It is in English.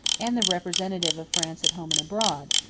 and the representative of france at home and abroad,